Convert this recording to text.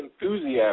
enthusiasm